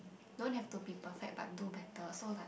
don't have to be perfect but do better so like